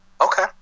Okay